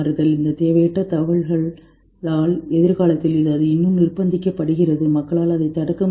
இந்த தேவையற்ற தகவல்களால் எதிர்காலத்தில் அது இன்னும் நிர்பந்திக்கப்படுகிறது மக்களால் அதைத் தடுக்க முடியாது